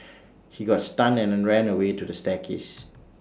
he got stunned and ran away to the staircase